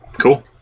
Cool